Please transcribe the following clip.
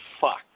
fuck